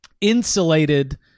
insulated